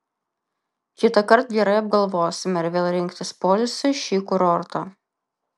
kitąkart gerai apgalvosime ar vėl rinktis poilsiui šį kurortą